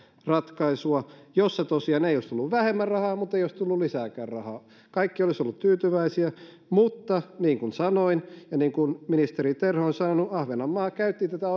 ratkaisua jossa tosiaan ei olisi tullut vähemmän rahaa muttei olisi tullut lisääkään rahaa kaikki olisivat olleet tyytyväisiä mutta niin kuin sanoin ja niin kuin ministeri terho on sanonut ahvenanmaa käytti tätä